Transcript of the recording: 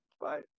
Bye